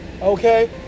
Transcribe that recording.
okay